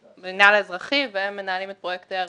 המינהל האזרחי והם מנהלים את פרויקטי הארכיאולוגיה.